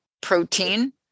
protein